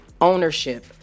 ownership